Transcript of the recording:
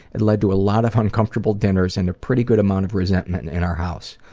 it led to a lot of uncomfortable dinners and a pretty good amount of resentment in our house.